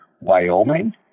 wyoming